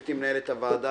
גברתי מנהלת הוועדה,